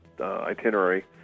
itinerary